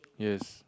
yes